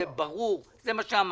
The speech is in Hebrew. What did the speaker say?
זה ברור זה מה שאמרת.